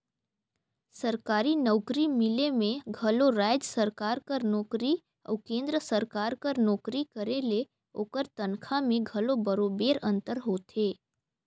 सरकारी नउकरी मिले में घलो राएज सरकार कर नोकरी अउ केन्द्र सरकार कर नोकरी करे ले ओकर तनखा में घलो बरोबेर अंतर होथे